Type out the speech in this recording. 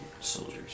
soldiers